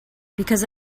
because